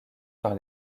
par